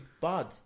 bad